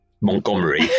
montgomery